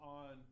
on